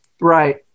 Right